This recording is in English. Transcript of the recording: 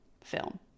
film